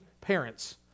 parents